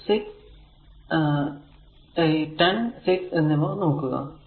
ഈ 10 6 എന്നിവ നോക്കുക